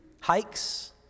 hikes